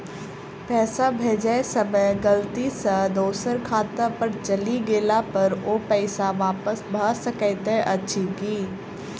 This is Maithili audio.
पैसा भेजय समय गलती सँ दोसर खाता पर चलि गेला पर ओ पैसा वापस भऽ सकैत अछि की?